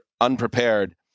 unprepared